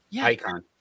icon